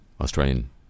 Australian